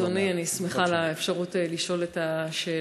תודה, אדוני, אני שמחה על האפשרות לשאול את השאלה.